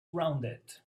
rounded